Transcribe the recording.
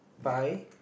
pie